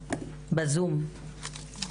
בבקשה.